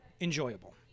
enjoyable